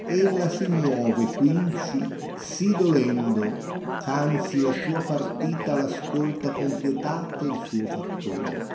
ella si muove quinci si dolendo ch'anzi la sua partita li ascolta con pietà te il suo fattore